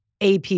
AP